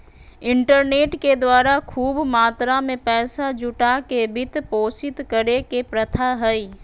internet के द्वारा खूब मात्रा में पैसा जुटा के वित्त पोषित करे के प्रथा हइ